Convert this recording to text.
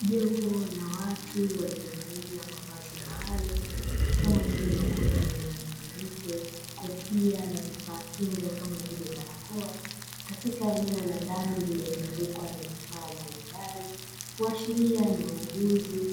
Jopo la watu walio valia mavazi maalum kama vile makoti yenye rangi nyeupe, kofia na vifaa kinga kama vile barakoa katika eneo la ndani lililo zungukwa na vifaa mbalimbali, kuashiria ni wauguzi